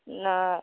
नहि